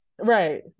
Right